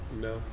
No